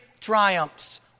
triumphs